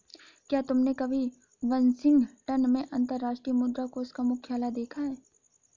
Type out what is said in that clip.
क्या तुमने कभी वाशिंगटन में अंतर्राष्ट्रीय मुद्रा कोष का मुख्यालय देखा है?